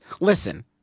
Listen